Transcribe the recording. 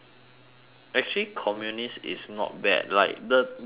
actually communist is not bad like the the